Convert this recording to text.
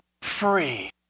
free